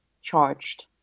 charged